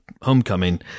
Homecoming